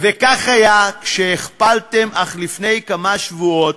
וכך היה כשהכפלתם, אך לפני כמה שבועות,